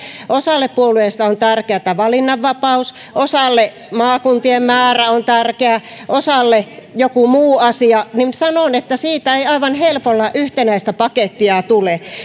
osalle puolueista on tärkeää valinnanvapaus osalle maakuntien määrä on tärkeä osalle joku muu asia niin sanon että siitä ei aivan helpolla yhtenäistä pakettia tule